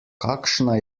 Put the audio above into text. kakšna